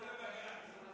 מה הבעיה?